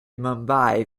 mumbai